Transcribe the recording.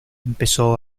empezó